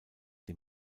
die